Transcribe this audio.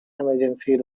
emergency